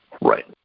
Right